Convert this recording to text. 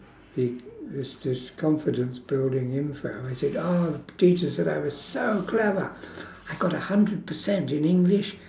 he this this confidence building info I said oh teacher said I was so clever I got a hundred percent in english